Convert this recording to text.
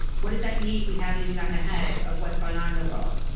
what does that mean? we haven't even gotten ahead of what's going on in the world.